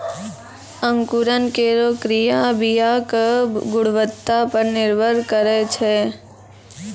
अंकुरन केरो क्रिया बीया क गुणवत्ता पर निर्भर करै छै